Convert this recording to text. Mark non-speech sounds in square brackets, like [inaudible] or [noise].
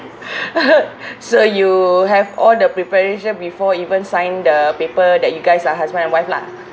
[breath] [laughs] so you have all the preparation before even sign the paper that you guys are husband and wife lah